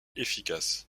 efficace